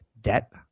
debt